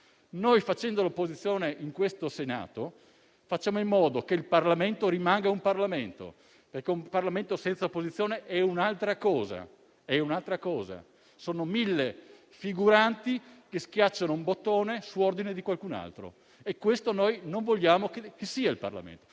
Facendo l'opposizione in questo Senato, facciamo in modo che il Parlamento rimanga tale, perché un Parlamento senza opposizione è un'altra cosa: sono 1.000 figuranti che schiacciano un bottone su ordine di qualcun altro e questo non vogliamo che sia il Parlamento.